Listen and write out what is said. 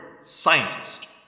Scientist